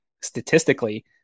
Statistically